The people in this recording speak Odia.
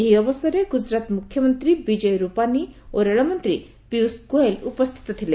ଏହି ଅବସରରେ ଗୁଜୁରାଟ ମୁଖ୍ୟମନ୍ତ୍ରୀ ବିଜୟ ରୂପାନୀ ଓ ରେଳମନ୍ତ୍ରୀ ପୀୟୁଷ ଗୋଏଲ ଉପସ୍ଥିତ ଥିଲେ